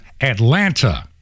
Atlanta